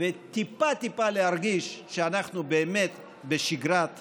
וטיפה טיפה להרגיש שאנחנו באמת בשגרת קורונה.